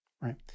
right